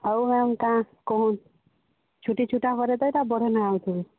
ଆଉ ମ୍ୟାଡ଼ମ୍ କାଣା କହୁନ୍ ଛୁଟିଛୁଟା ହରେ ତ ଏଇଟା ବଢ଼େଇନେ ଆଉଥରେ